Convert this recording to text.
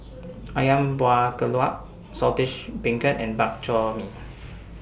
Ayam Buah Keluak Saltish Beancurd and Bak Chor Mee